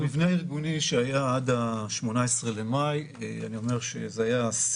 המבנה הארגוני שהיה עד ה-18 במאי היה שיא